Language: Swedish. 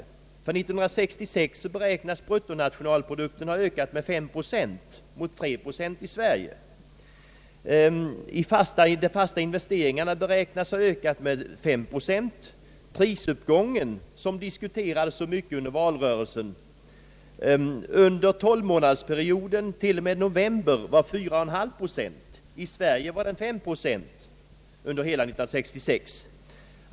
För 1966 beräknas bruttonationalprodukten ha ökat med 5 procent i Norge mot 3 procent i Sverige. De fas ta investeringarna beräknas ha ökat med 5 procent i Norge. Prisuppgången — som diskuterades så mycket under valrörelsen var i Norge 4,3 procent under tolvmånadersperioden t.o.m. november; i Sverige var den 5 procent under hela 1966.